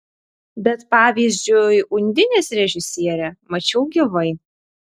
bet pavyzdžiui undinės režisierę mačiau gyvai